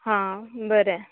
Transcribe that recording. हां बरें